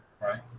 right